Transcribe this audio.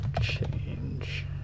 change